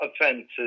offenses